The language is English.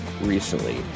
recently